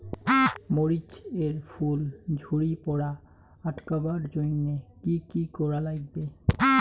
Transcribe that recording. মরিচ এর ফুল ঝড়ি পড়া আটকাবার জইন্যে কি কি করা লাগবে?